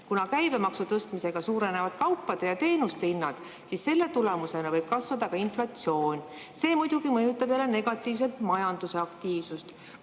Kuna käibemaksu tõstmisega suurenevad kaupade ja teenuste hinnad, siis selle tagajärjel võib kasvada ka inflatsioon. See muidugi mõjutab jälle negatiivselt majanduse aktiivsust.